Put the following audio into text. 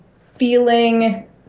feeling